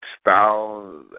style